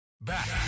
Back